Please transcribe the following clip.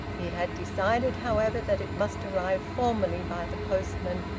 he had decided, however, that it must arrive formally by the postman,